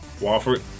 Walford